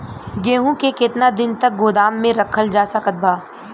गेहूँ के केतना दिन तक गोदाम मे रखल जा सकत बा?